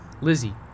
Lizzie